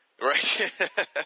Right